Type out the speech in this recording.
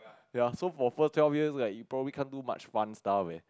ya so for first twelve years like you probably can't do much fun stuff eh